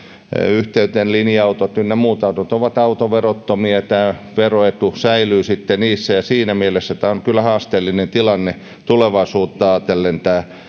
yhteyteen linja autot ynnä muut autot ovat autoverottomia tämä veroetu säilyy sitten niissä siinä mielessä on kyllä haasteellinen tilanne tulevaisuutta ajatellen tämä